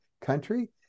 country